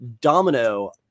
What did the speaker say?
Domino